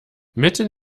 mitten